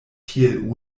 tiel